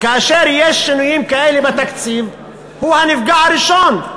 וכאשר יש שינויים כאלה בתקציב הוא הנפגע הראשון.